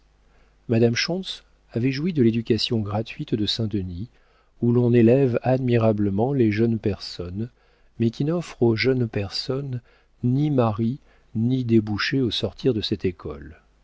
madame schontz avait joui de l'éducation gratuite de saint-denis où l'on élève admirablement les jeunes personnes mais qui n'offre aux jeunes personnes ni maris ni débouchés au sortir de cette école